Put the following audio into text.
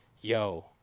yo